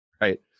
right